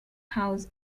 house